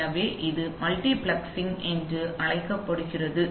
எனவே இது மல்டிபிளெக்சிங் என்று அழைக்கப்படுகிறது